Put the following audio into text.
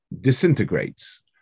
disintegrates